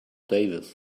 davis